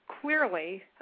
clearly